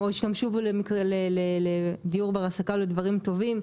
או השתמשו בו לדיור בר השגה ולדברים טובים,